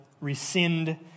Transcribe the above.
rescind